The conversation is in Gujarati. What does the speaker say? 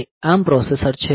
સિસ્ટમમાં અન્ય ઈંટરપ્ટ્સ છે